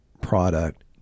product